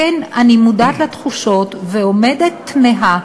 כן, אני מודעת לתחושות ועומדת תמהה